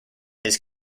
his